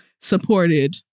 supported